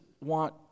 want